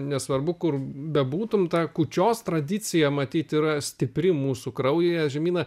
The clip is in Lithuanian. nesvarbu kur bebūtum ta kūčios tradicija matyt yra stipri mūsų kraujyje žemyna